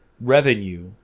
revenue